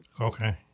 Okay